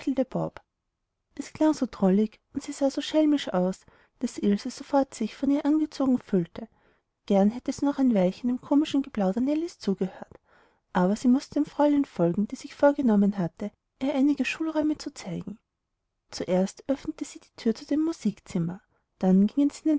es klang so drollig und sie sah so schelmisch aus daß ilse sofort sich von ihr angezogen fühlte gern hätte sie noch ein weilchen dem komischen geplauder nellies zugehört aber sie mußte dem fräulein folgen die sich vorgenommen hatte ihr einige schulräume zu zeigen zuerst öffnete sie die thür zu dem musikzimmer dann gingen sie